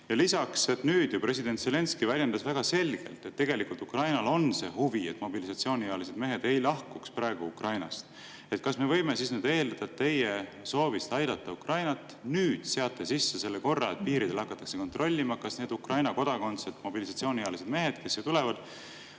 Lisaks nüüd president Zelenskõi väljendas väga selgelt, et tegelikult Ukrainal on see huvi, et mobilisatsiooniealised mehed ei lahkuks praegu Ukrainast. Kas me võime eeldada, et teie sooviga aidata Ukrainat seate nüüd sisse korra, et piiridel hakatakse kontrollima, kas need Ukraina kodakondsed, mobilisatsiooniealised mehed, kes siia tulevad,